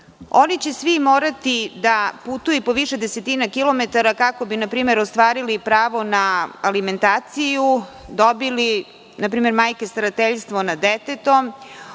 će svi morati da putuju po više desetina kilometara kako bi, na primer, ostvarili pravo na alimentaciju, majke dobile starateljstvom nad detetom,